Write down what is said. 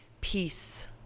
peace